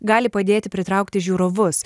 gali padėti pritraukti žiūrovus